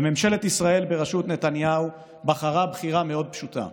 וממשלת ישראל בראשות נתניהו בחרה בחירה מאוד פשוטה: